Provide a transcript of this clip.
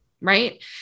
Right